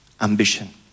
ambition